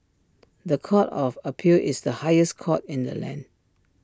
The Court of appeal is the highest court in the land